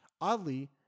Oddly